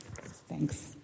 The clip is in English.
Thanks